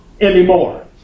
anymore